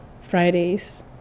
fridays